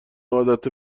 عادت